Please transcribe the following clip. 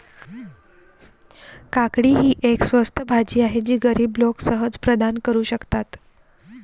काकडी ही एक स्वस्त भाजी आहे जी गरीब लोक सहज प्रदान करू शकतात